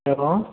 hello